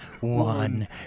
One